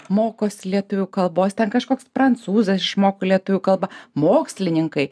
mokosi lietuvių kalbos ten kažkoks prancūzas išmoko lietuvių kalbą mokslininkai